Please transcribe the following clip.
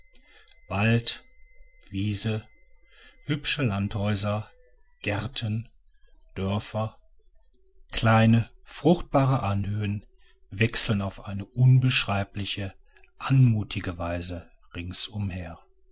wald wiese hübsche landhäuser gärten dörfer kleine fruchtbare anhöhen wechseln auf eine unbeschreibliche anmutige weise ringsumher